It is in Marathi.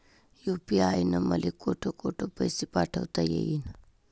यू.पी.आय न मले कोठ कोठ पैसे पाठवता येईन?